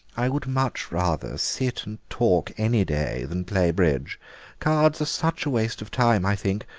i would much rather sit and talk any day than play bridge cards are such a waste of time, i think.